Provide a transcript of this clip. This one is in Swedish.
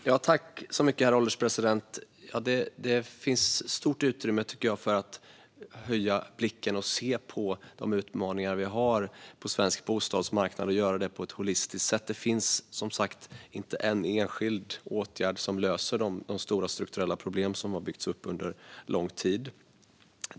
Herr ålderspresident! Jag tycker att det finns stort utrymme för att höja blicken och se på de utmaningar vi har på svensk bostadsmarknad och göra det på ett holistiskt sätt. Det finns som sagt inte en enskild åtgärd som löser de stora strukturella problem som har byggts upp under lång tid.